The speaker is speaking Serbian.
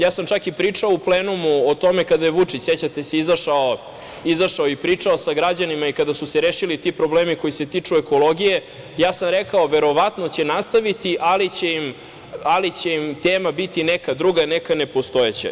Čak sam i pričao u plenumu o tome kada je Vučić, sećate se, izašao i pričao sa građanima i kada su se rešili ti problemi koji se tiču ekologije, ja sam rekao da će verovatno nastaviti, ali će im tema biti neka druga, neka nepostojeća.